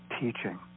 teaching